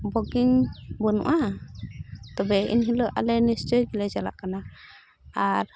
booking ᱵᱟᱹᱱᱩᱜᱼᱟ ᱛᱚᱵᱮ ᱮᱱᱦᱤᱞᱳᱜ ᱟᱞᱮ ᱱᱤᱥᱪᱚᱭᱞᱮ ᱪᱟᱞᱟᱜ ᱠᱟᱱᱟ ᱟᱨ